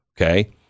Okay